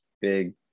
big